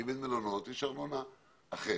אם אין מלונות, יש ארנונה אחרת.